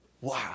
Wow